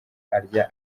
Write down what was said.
arya